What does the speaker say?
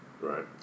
Right